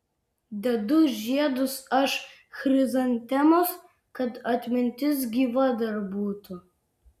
dedu žiedus aš chrizantemos kad atmintis gyva dar būtų